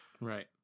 right